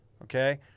Okay